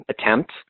attempt